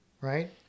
right